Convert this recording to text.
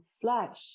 flash